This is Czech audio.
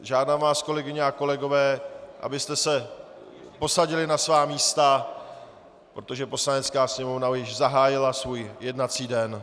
Žádám vás, kolegyně a kolegové, abyste se posadili na svá místa, protože Poslanecká sněmovna již zahájila svůj jednací den.